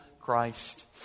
Christ